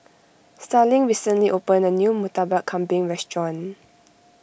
Starling recently opened a new Murtabak Kambing restaurant